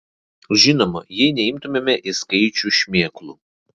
žinoma jei neimtumėme į skaičių šmėklų